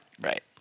Right